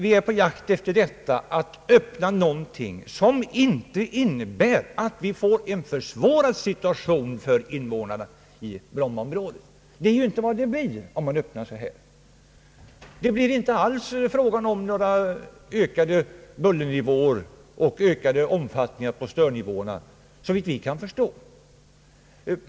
Vi är på jakt efter att öppna någonting som inte medför en försvårad situation för invånarna i brommaområdet. Om man förfar såsom jag föreslår blir det inte alls fråga om några ökade bullernivåer och någon vidgad omfattning av störnivåerna, såvitt vi kan förstå.